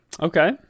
Okay